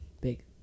Big